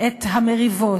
את המריבות,